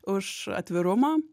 už atvirumą